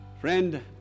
Friend